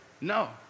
No